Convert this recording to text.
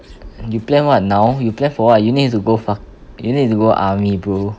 you plan what now you plan for what you need to go fu~ you need to go army bro